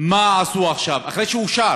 מה עשו עכשיו, אחרי שזה אושר